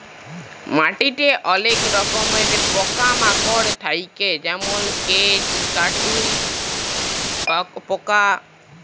মাটিতে অলেক রকমের পকা মাকড় থাক্যে যেমল কেঁচ, কাটুই পকা